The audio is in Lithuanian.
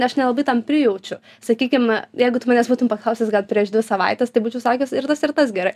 aš nelabai tam prijaučiu sakykim jeigu tu manęs būtum paklausus gal prieš dvi savaites tai būčiau sakius ir tas ir tas gerai